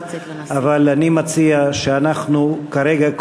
אבל אני מציע שאנחנו כרגע,